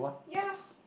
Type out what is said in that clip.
ya